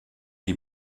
die